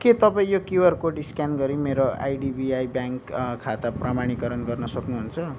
के तपाई यो क्युआर कोड स्क्यान गरी मेरो आइडिबिआई ब्याङ्क खाता प्रमाणीकरण गर्न सक्नुहुन्छ